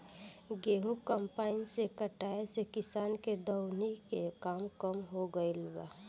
गेंहू कम्पाईन से कटाए से किसान के दौवरी के काम कम हो गईल बा